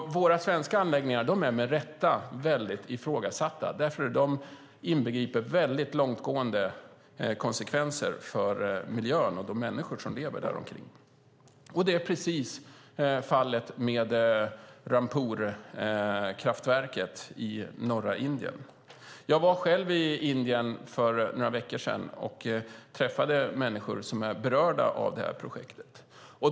Våra svenska anläggningar är med rätta väldigt ifrågasatta, därför att de inbegriper väldigt långtgående konsekvenser för miljön och de människor som lever där omkring, och det är precis fallet också med Rampurkraftverket i norra Indien. Jag var själv i Indien för några veckor sedan och träffade där människor som är berörda av projektet.